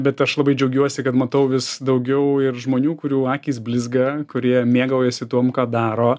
bet aš labai džiaugiuosi kad matau vis daugiau ir žmonių kurių akys blizga kurie mėgaujasi tuom ką daro